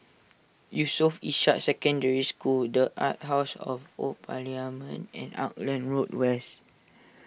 Yusof Ishak Secondary School the Arts House of Old Parliament and Auckland Road West